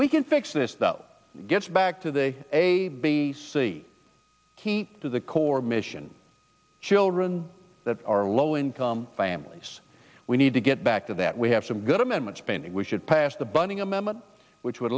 we can fix this that gets back to the a b c to the core mission children that are low income families we need to get back to that we have some good amendments pending we should pass the bunning amendment which would